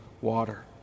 water